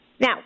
Now